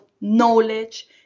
knowledge